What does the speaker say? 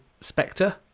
spectre